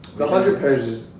but hundred pairs